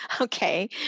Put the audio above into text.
Okay